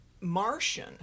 Martian